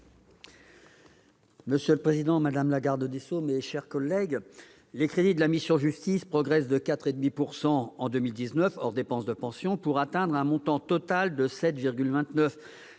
Monsieur le président, madame la garde des sceaux, mes chers collègues, les crédits de la mission « Justice » progressent de 4,5 % en 2019, hors dépenses de pensions, pour atteindre un montant total de 7,29